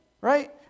Right